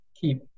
keep